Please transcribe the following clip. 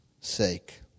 sake